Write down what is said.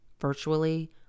virtually